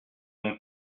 mon